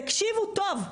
תקשיבו טוב,